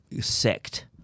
sect